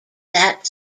that